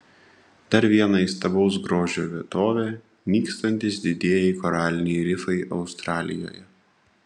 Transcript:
dar viena įstabaus grožio vietovė nykstantys didieji koraliniai rifai australijoje